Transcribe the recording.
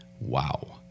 Wow